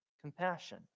compassion